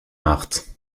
marthe